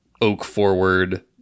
oak-forward